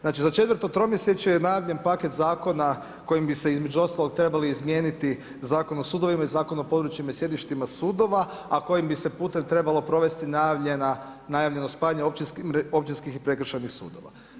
Znači za četvrto tromjesečje je najavljen paket zakona kojim bi se između ostalog trebali izmijeniti Zakon o sudovima i Zakon o područjima i sjedištima sudova, a kojim bi se putem trebalo provesti najavljeno spajanje općinskih i prekršajnih sudova.